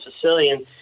Sicilian